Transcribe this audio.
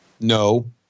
No